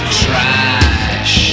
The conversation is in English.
trash